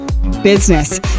Business